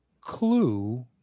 clue